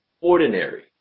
ordinary